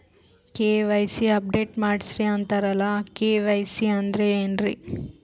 KYC update ಮಾಡಸ್ರೀ ಅಂತರಲ್ಲ KYC ಅಂದ್ರ ಏನ್ರೀ?